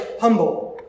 humble